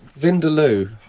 Vindaloo